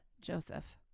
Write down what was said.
Joseph